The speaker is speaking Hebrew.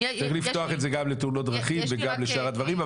צריך לפתוח את זה לתאונות דרכים וגם לשאר הדברים,